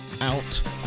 out